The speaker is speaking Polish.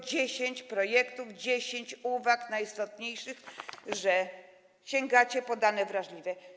10 projektów, 10 uwag najistotniejszych: że sięgacie po dane wrażliwe.